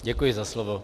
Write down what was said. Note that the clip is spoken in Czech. Děkuji za slovo.